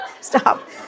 Stop